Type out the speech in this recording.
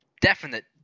definite